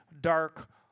dark